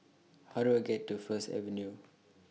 How Do I get to First Avenue